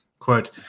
Quote